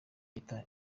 yita